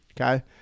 okay